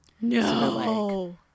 No